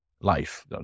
life